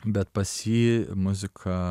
bet pas jį muzika